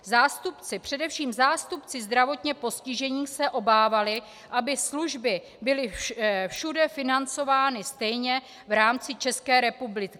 Zástupci především zástupci zdravotně postižených, se obávali, aby služby byly všude financovány stejně v rámci České republiky.